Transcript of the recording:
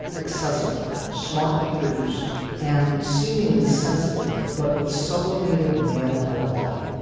accessible, smartly produced and seemingly sensitive, but with sublimated male bravado.